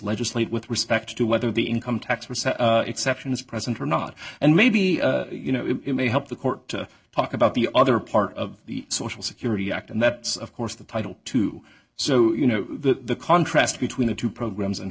legislate with respect to whether the income tax percent exception is present or not and maybe you know it may help the court to talk about the other part of the social security act and that's of course the title too so you know that the contrast between the two programs and